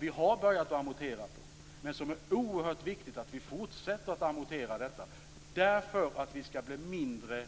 Vi har börjat amortera på den, men det är oerhört viktigt att vi fortsätter att amortera för att vi skall bli mindre